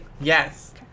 Yes